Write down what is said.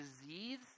disease